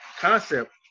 concept